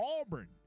Auburn